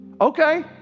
Okay